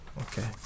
Okay